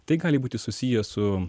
tai gali būti susiję su